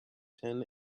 ten